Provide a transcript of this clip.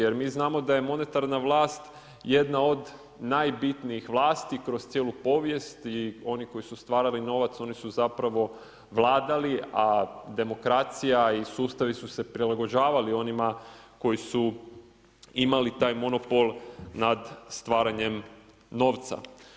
Jer mi znamo da je monetarna vlast jedna od najbitnijih vlasti kroz cijelu povijest i onih koji su stvarali novac, oni su zapravo vladali, a demokracija i sustavi su se prilagođavali onima koji su imali taj monopol nad stvaranjem novca.